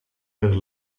per